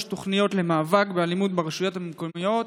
תוכניות למאבק באלימות ברשויות המקומיות,